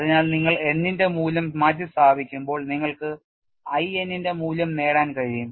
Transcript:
അതിനാൽ നിങ്ങൾ n ന്റെ മൂല്യം മാറ്റിസ്ഥാപിക്കുമ്പോൾ നിങ്ങൾക്ക് I n ന്റെ മൂല്യം നേടാൻ കഴിയും